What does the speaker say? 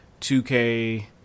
2K